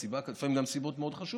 לפעמים גם מסיבות מאוד חשובות,